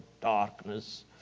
darkness